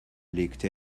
legte